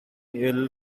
ill